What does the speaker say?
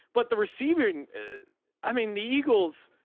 but the receiver in i mean the eagles,